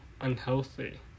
unhealthy